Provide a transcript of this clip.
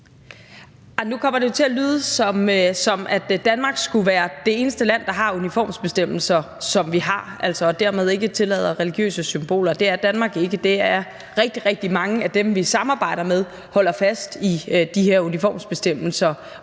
Nu kommer det jo til at lyde, som om Danmark skulle være det eneste land, der har de uniformsbestemmelser, som vi har, og altså dermed ikke tillader religiøse symboler. Det er Danmark ikke. Rigtig, rigtig mange af dem, vi samarbejder med, holder fast i de her uniformsbestemmelser,